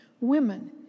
Women